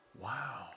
Wow